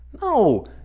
No